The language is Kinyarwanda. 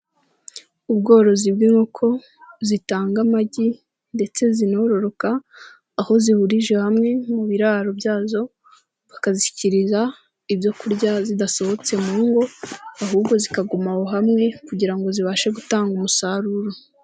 Ubworozi bw'inkoko, zitanga amagi, ndetse zinororoka. Aho zihurije hamwe mu biraro byazo, bakazishyikiriza ibyokurya zidasohotse mu ngo, ahubwo zikagumaho hamwe, kugira ngo zibashe gutanga umusaruro.